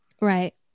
right